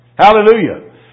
Hallelujah